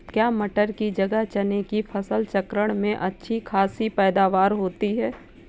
क्या मटर की जगह चने की फसल चक्रण में अच्छी खासी पैदावार होती है?